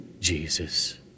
Jesus